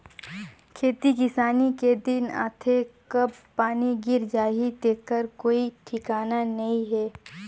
खेती किसानी के दिन आथे कब पानी गिर जाही तेखर कोई ठिकाना नइ हे